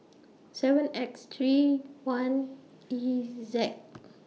seven X three one E Z